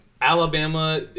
Alabama